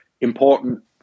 important